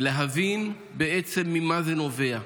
להבין ממה זה נובע,